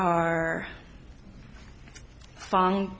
are fine